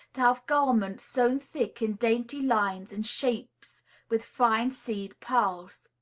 to have garments sown thick in dainty lines and shapes with fine seed pearls.